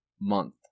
month